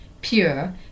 Pure